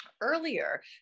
earlier